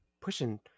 pushing